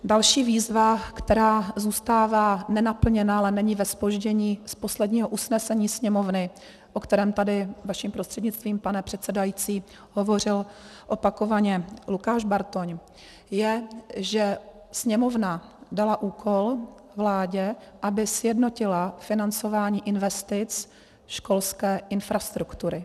Další výzva, která zůstává nenaplněna, ale není ve zpoždění, z posledního usnesení Sněmovny, o kterém tady vaším prostřednictvím, pane předsedající, hovořil opakovaně Lukáš Bartoň, je, že Sněmovna dala úkol vládě, aby sjednotila financování investic školské infrastruktury.